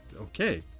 Okay